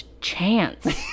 chance